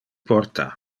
porta